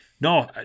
No